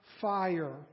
fire